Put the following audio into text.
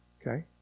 Okay